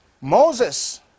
Moses